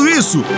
isso